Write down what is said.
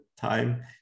time